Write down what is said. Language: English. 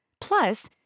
Plus